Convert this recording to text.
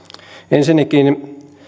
ensinnäkin